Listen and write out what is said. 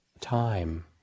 time